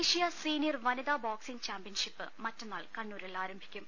ദേശീയ സീനിയർ വനിതാ boxing championship മറ്റന്നാൾ കണ്ണൂരിലാരംഭിക്കും